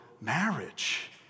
marriage